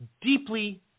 deeply